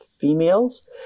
females